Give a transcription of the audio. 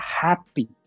happy